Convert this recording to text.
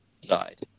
side